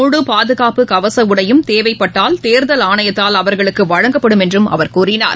முழு பாதுகாப்பு கவசஉடையும் தேவைப்பட்டால் தேர்தல் ஆணையத்தால் அவர்களுக்குவழங்கப்படும் என்றும் அவர் கூறினார்